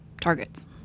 targets